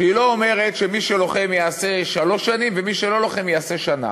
שהיא לא אומרת שמי שלוחם ישרת שלוש שנים ומי שלא לוחם ישרת שנה.